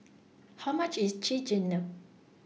How much IS Chigenabe